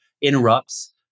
interrupts